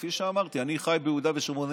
כפי שאמרתי, אני חי ביהודה ושומרון.